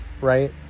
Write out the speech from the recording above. right